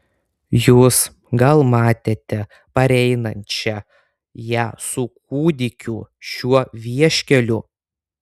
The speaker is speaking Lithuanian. jūs gal matėte pareinančią ją su kūdikiu šiuo vieškeliu